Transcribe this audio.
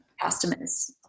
customers